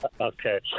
Okay